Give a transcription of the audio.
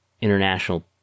international